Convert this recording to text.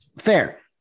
fair